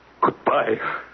Goodbye